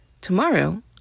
Tomorrow